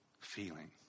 feeling